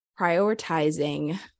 prioritizing